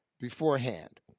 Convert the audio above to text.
beforehand